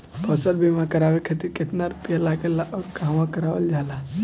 फसल बीमा करावे खातिर केतना रुपया लागेला अउर कहवा करावल जाला?